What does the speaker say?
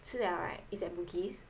吃了 right is at Bugis